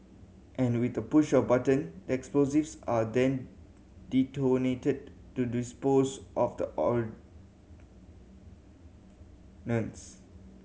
and with a push of button that explosives are then detonated to dispose of the ordnance